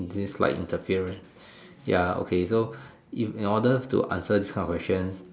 is this like interference ya okay so in in order to answer these type of questions